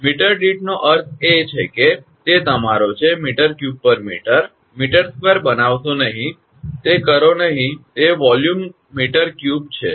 metre દીઠ નો અર્થ એ છે કે તે તમારો છે 𝑚3 𝑚 𝑚2 બનાવશો નહીં તે કરો નહી કે તે વોલ્યુમ મીટર ક્યુબ છે